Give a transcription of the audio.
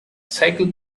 cycle